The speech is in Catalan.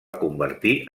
convertir